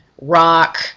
rock